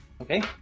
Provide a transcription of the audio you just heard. Okay